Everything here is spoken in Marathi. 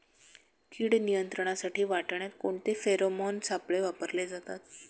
कीड नियंत्रणासाठी वाटाण्यात कोणते फेरोमोन सापळे वापरले जातात?